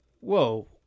whoa